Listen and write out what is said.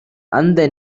அந்த